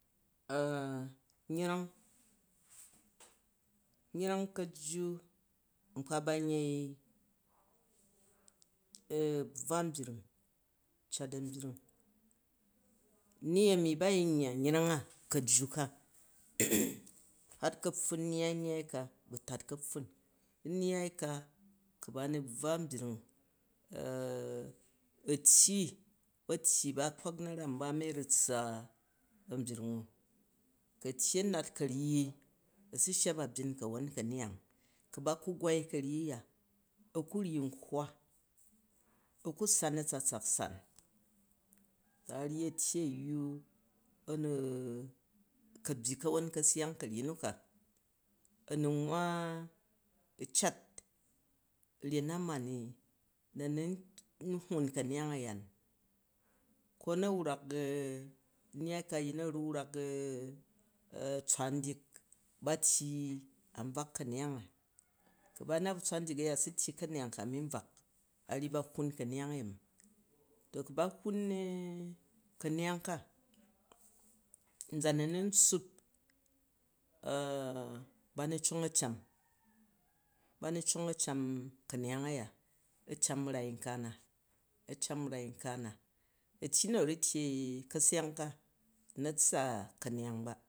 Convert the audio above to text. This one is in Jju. nyreng nyeng ka̱jju, nka ba n yei bvwa a̱nbyring. Cat a̱nbgring ni a̱mi ba̱ yin nyya nyreng a̱ ka̱jju ka hat ka̱pffun nyai nnyai ka ba̱ tat ka̱pffun, nnyai ka, ku̱ ba nu bvwa a̱nbyring a̱tyyi, ba̱tyyi ba, a̱kpa̱k na̱ram, nba mi a̱ ru tssa anbyring u. Ku̱ a̱tyyi a̱ nat ka̱ryyi a̱ su shya ba byin ka̱won ka̱neyang, ku̱ ba ku gwai ka̱ryyi a̱ ya a̱ ku ryyi nkkwa a̱ ku san a̱tsatsak san, a ryyi a̱tyyi a̱yyu a̱nu, ku̱ a̱ byyi ka̱won ka̱seyang ka̱ryyi nu ka, a nu nwwa cat ryen na ma ni na̱ nun hwwun ka̱neyang a̱yani, ko na wrak u-nnyai ka a̱yin nu a̱ ru wrak tswon ndyik ba tyi an bvak ka̱nryang a ku̱ ba nat bu̱ tswa ndyik a̱ya asu tyi ka̱neyang ka nu nbvak aryi ba hwaun ka̱neyang yemi. Ku̱ ba hwuun ka̱neyang ka, a̱nzan anu n tsuup ba nu cong a̱ cam, banu cong a̱ cam ka̱neyang aya a̱ cam rai nka na, a̱ cam rai nka na, a̱tyyi nu a̱ ru tyei ka̱seyang ka n na̱ tssa ka̱neyang ba.